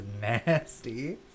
nasty